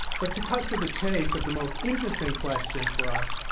but to cut to the chase of the most interesting question for us,